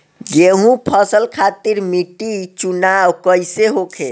गेंहू फसल खातिर मिट्टी चुनाव कईसे होखे?